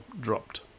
dropped